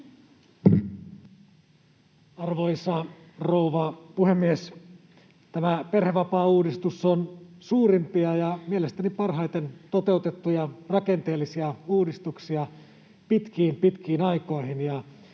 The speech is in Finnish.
Arvoisa rouva puhemies! Tämä perhevapaauudistus on suurimpia ja mielestäni parhaiten toteutettuja rakenteellisia uudistuksia pitkiin, pitkiin